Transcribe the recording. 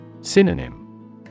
Synonym